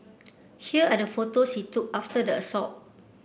here are the photos he took after the assault